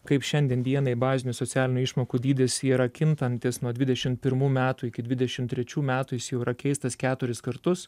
kaip šiandien vienai bazinių socialinių išmokų dydis yra kintantis nuo dvidešim pirmų metų iki dvidešim trečių metų jis jau yra keistas keturis kartus